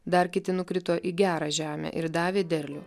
dar kiti nukrito į gerą žemę ir davė derlių